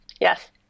Yes